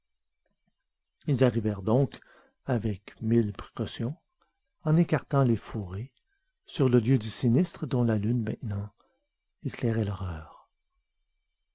ils arrivèrent donc avec mille précautions en écartant les fourrés sur le lieu du sinistre dont la lune maintenant éclairait l'horreur